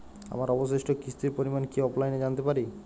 আমার অবশিষ্ট কিস্তির পরিমাণ কি অফলাইনে জানতে পারি?